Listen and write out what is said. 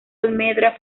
almendra